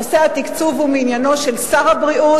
נושא התקצוב הוא מעניינו של שר הבריאות